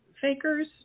fakers